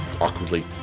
awkwardly